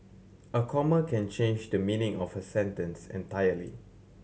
a comma can change the meaning of a sentence entirely